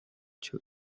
too